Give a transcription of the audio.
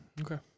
Okay